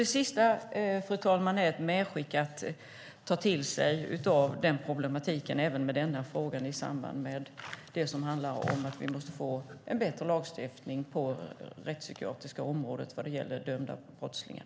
Det sista är ett medskick till ministern, som jag vill tar till sig problematiken även i denna fråga i samband med arbetet för en förbättrad lagstiftning på det rättspsykiatriska området vad gäller dömda brottslingar.